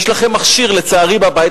יש לכם מכשיר בבית,